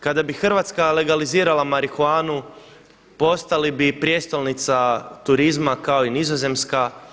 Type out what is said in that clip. Kada bi Hrvatska legalizirala marihuanu postali bi i prijestolnica turizma kao i Nizozemska.